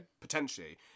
potentially